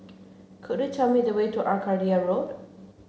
could you tell me the way to Arcadia Road